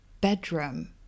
bedroom